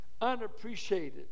unappreciated